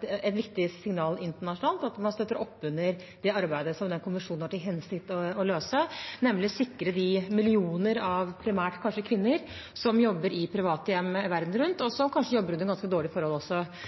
et viktig signal internasjonalt, ved at man støtter oppunder det arbeidet som denne konvensjonen har til hensikt å løse, nemlig sikre de millioner av primært kanskje kvinner som jobber i private hjem verden rundt, og som kanskje også jobber under ganske dårlige forhold.